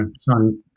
son